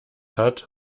hat